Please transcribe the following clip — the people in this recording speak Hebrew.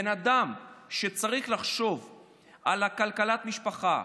בן אדם שצריך לחשוב על כלכלת המשפחה,